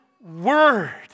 word